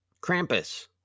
Krampus